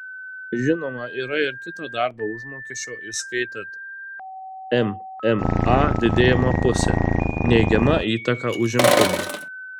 žinoma yra ir kita darbo užmokesčio įskaitant mma didėjimo pusė neigiama įtaka užimtumui